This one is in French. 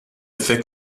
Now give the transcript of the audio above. fait